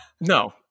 No